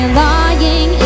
lying